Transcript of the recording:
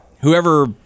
whoever